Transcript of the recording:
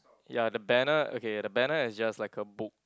ya the banner okay the banner is just like a book